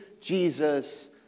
Jesus